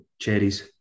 cherries